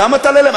כמה תעלה להם?